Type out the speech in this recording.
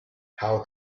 how